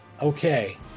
okay